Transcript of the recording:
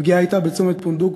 הפגיעה הייתה בצומת פונדוק,